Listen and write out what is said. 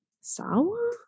Sawa